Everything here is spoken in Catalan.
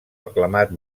aclamat